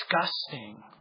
disgusting